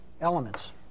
elements